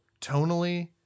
tonally